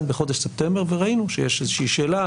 בחודש ספטמבר וראינו שיש איזושהי שאלה,